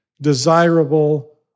desirable